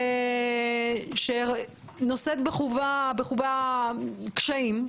ונושאת בחובה קשיים.